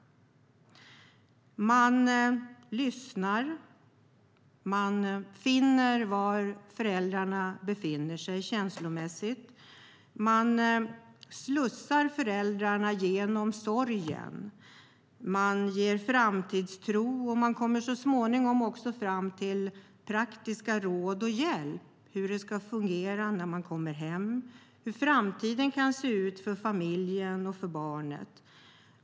Man lyssnar, och man finner var föräldrarna befinner sig känslomässigt. Man slussar föräldrarna genom sorgen. Man ger framtidstro, och man kommer så småningom också fram till praktiska råd och hjälp när det gäller hur det ska fungera när familjen kommer hem och hur framtiden kan se ut för familjen och för barnet.